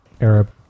Arab